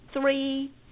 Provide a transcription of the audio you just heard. three